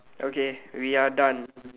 okay we are done